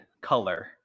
color